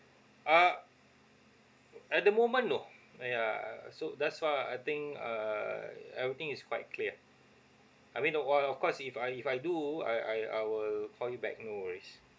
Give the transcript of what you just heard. uh at the moment no yeah so thus far I think err everything is quite clear I mean of co~ of course if I if I do I I I will call you back no worries